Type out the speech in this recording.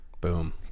boom